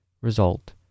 Result